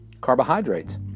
carbohydrates